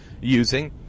using